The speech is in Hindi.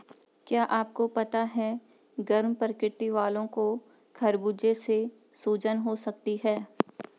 क्या आपको पता है गर्म प्रकृति वालो को खरबूजे से सूजन हो सकती है?